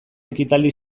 ekitaldi